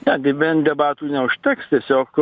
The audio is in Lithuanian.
ne deben debatų neužteks tiesiog